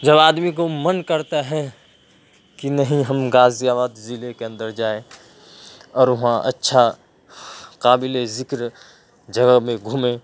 جب آدمی کو من کرتا ہے کہ نہیں ہم غازی آباد ضلع کے اندر جائیں اور وہاں اچھا قابل ذکر جگہ میں گھومیں